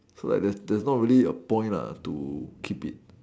so like there's there's not really a point lah to keep it